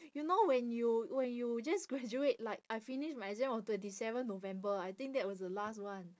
you know when you when you just graduate like I finish my exam on twenty seven november I think that was the last one